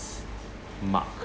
mark